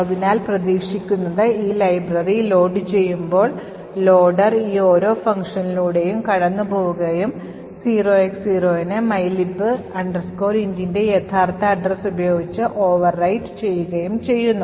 അതിനാൽ പ്രതീക്ഷിക്കുന്നത് ഈ ലൈബ്രറി ലോഡുചെയ്യുമ്പോൾ ലോഡർ ഈ ഓരോ ഫംഗ്ഷനുകളിലൂടെയും കടന്നു പോകുകയും 0X0നെ mylib intന്റെ യഥാർത്ഥ address ഉപയോഗിച്ച് overwrite ചെയ്യുകയും ചെയ്യുന്നു